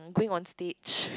going on stage